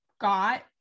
got